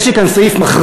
יש לי כאן סעיף מחריד,